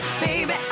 baby